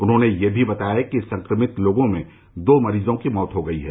उन्होंने यह भी बताया कि संक्रमित लोगों में दो मरीजों की मौत हो गयी है